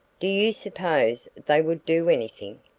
do you suppose they would do anything?